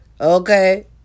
okay